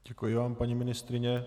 Děkuji vám, paní ministryně.